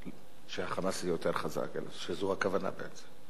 שה"חמאס" יהיה יותר חזק, שזאת הכוונה בעצם?